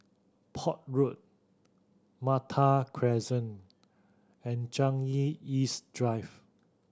Port Road Malta Crescent and Changi East Drive